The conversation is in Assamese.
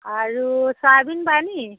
আৰু চয়াবিন পায় নি